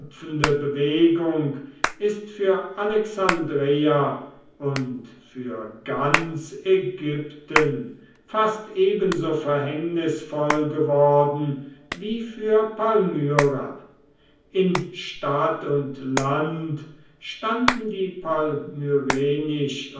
bewegung ist für alexandreia und für ganz ägypten fast ebenso verhängnisvoll geworden wie für palmyra in stadt und land standen die